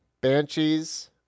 Banshees